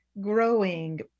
growing